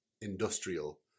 industrial